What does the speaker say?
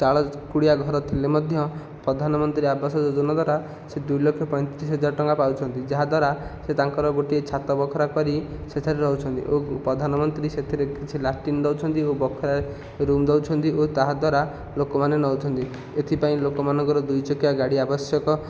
ଚାଳ କୁଡ଼ିଆ ଘର ଥିଲେ ମଧ୍ୟ ପ୍ରଧାନମନ୍ତ୍ରୀ ଆବାସ ଯୋଜନା ଦ୍ୱାରା ସେ ଦୁଇଲକ୍ଷ ପଇଁତିରିଶ ହଜାର ଟଙ୍କା ପାଉଛନ୍ତି ଯାହାଦ୍ଵାରା ସେ ତାଙ୍କର ଗୋଟିଏ ଛାତ ବଖରା କରି ସେଠାରେ ରହୁଛନ୍ତି ଓ ପ୍ରଧାନମନ୍ତ୍ରୀ ସେଥିରେ କିଛି ଲାଟ୍ରିନ୍ ଦେଉଛନ୍ତି ଓ ବଖରାଏ ରୁମ୍ ଦେଉଛନ୍ତି ଓ ତାହାଦ୍ୱାରା ଲୋକମାନେ ନେଉଛନ୍ତି ଏଥିପାଇଁ ଲୋକମାନଙ୍କର ଦୁଇଚକିଆ ଗାଡ଼ି ଆବଶ୍ୟକ